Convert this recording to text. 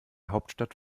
hauptstadt